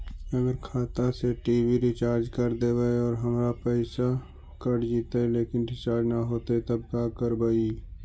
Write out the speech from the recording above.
अगर खाता से टी.वी रिचार्ज कर देबै और हमर पैसा कट जितै लेकिन रिचार्ज न होतै तब का करबइ?